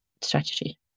strategy